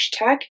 hashtag